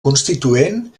constituent